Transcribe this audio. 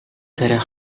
тариа